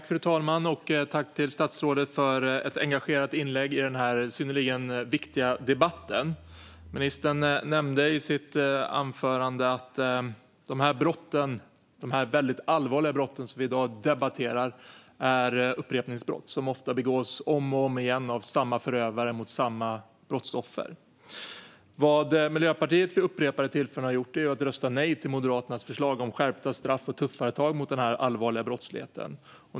Fru talman! Tack, statsrådet, för ett engagerat inlägg i den här synnerligen viktiga debatten! Ministern nämnde i sitt anförande att de väldigt allvarliga brott som vi debatterar i dag är upprepningsbrott som ofta begås om och om igen av samma förövare mot samma brottsoffer. Vad Miljöpartiet vid upprepade tillfällen har gjort är att rösta nej till Moderaternas förslag om skärpta straff och tuffare tag mot den här allvarliga brottsligheten.